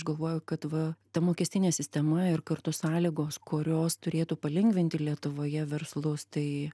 aš galvoju kad va ta mokestinė sistema ir kartu sąlygos kurios turėtų palengvinti lietuvoje verslus tai